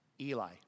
Eli